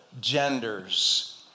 genders